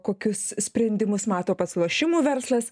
kokius sprendimus mato pats lošimų verslas